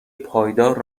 پایدار